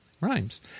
Rhymes